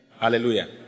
Hallelujah